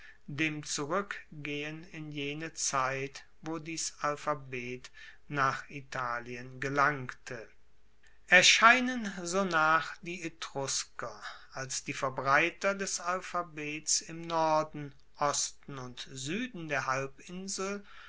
dem zurueckgehen in jene zeit wo dies alphabet nach italien gelangte erscheinen sonach die etrusker als die verbreiter des alphabets im norden osten und sueden der halbinsel